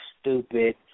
stupid